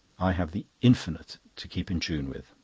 i have the infinite to keep in tune with,